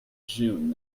june